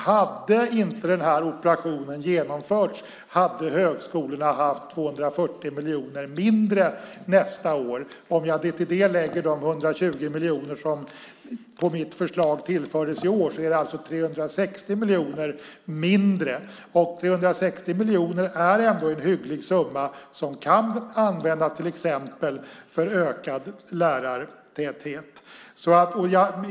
Hade inte denna operation genomförts skulle högskolorna ha haft 240 miljoner mindre nästa år. Om jag till det lägger de 120 miljoner som på mitt förslag tillfördes i år är det alltså 360 miljoner mindre. 360 miljoner är ändå en hygglig summa som kan användas till exempel till ökad lärartäthet.